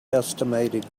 estimating